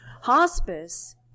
Hospice